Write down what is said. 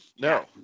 No